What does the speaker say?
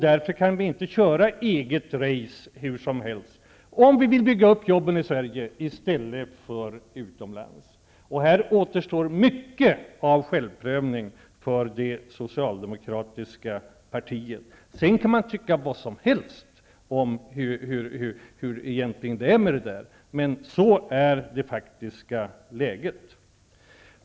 Därför kan vi inte köra ''eget race'' hur som helst om vi vill åstadkomma jobb i Sverige i stället för utomlands. Här återstår mycket av självprövning för det socialdemokratiska partiet. Man må tycka vad man vill om hur det egentligen förhåller sig. Men vad jag här har redogjort för är det faktiska läget.